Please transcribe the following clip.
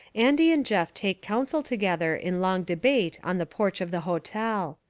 andy and jeff take counsel together in long debate on the porch of the hotel.